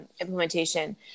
implementation